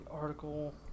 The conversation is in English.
article